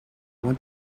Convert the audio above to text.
want